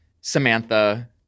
Samantha